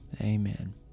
amen